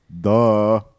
Duh